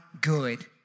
good